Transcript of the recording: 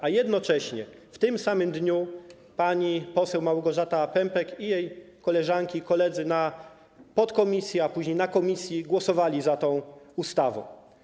A jednocześnie w tym samym dniu pani poseł Małgorzata Pępek i jej koleżanki i koledzy w podkomisji, a później w komisji głosowali za tą ustawą.